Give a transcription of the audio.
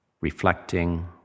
reflecting